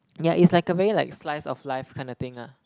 ya it's like a very like slice of life kind of thing ah